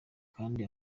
kandi